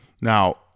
Now